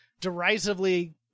derisively